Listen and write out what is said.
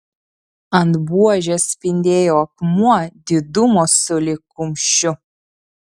ant buožės spindėjo akmuo didumo sulig kumščiu